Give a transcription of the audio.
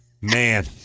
Man